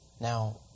Now